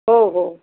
हो हो